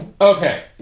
Okay